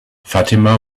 fatima